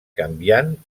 canviant